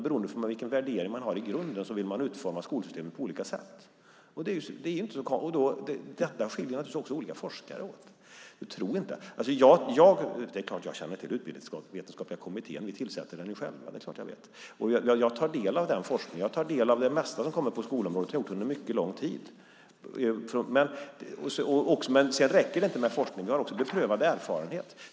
Beroende på vilka värderingar man har i grunden vill man utforma skolsystemet på olika sätt. Detta skiljer också forskare åt. Jag känner naturligtvis till Utbildningsvetenskapliga kommittén - vi tillsätter den ju själva. Jag tar del av den forskningen. Jag tar del av det mesta som kommer på skolområdet. Det har jag gjort under mycket lång tid. Det räcker inte med forskning. Vi har också beprövad erfarenhet.